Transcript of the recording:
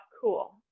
cool